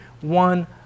one